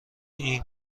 این